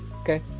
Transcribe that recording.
Okay